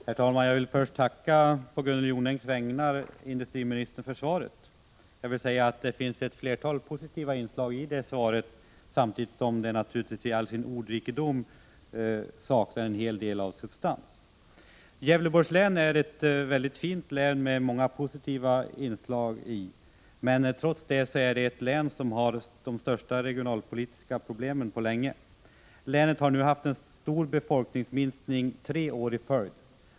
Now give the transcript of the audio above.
Herr talman! Jag vill först på Gunnel Jonängs vägnar tacka industriministern för svaret. Jag vill säga att det finns ett flertal positiva inslag i svaret, samtidigt som det naturligtvis i all sin ordrikedom saknar en hel del av substans. Gävleborgs län är ett väldigt fint län med många positiva inslag, men det är tyvärr ett län som har de största regionalpolitiska problemen på länge. Länet har nu haft en stor befolkningsminskning tre år i följd.